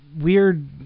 weird